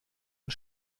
und